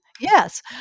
Yes